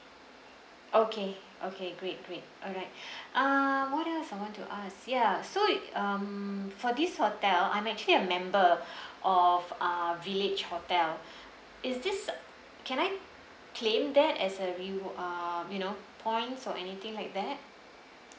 okay okay great great alright ah what else I want to ask ya so you um for this hotel I'm actually a member of uh village hotel is this can I claim that as a rewa~ uh you know points or anything like that